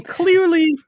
clearly